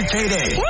Payday